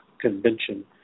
Convention